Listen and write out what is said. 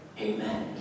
Amen